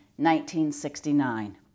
1969